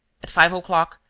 at five o'clock,